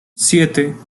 siete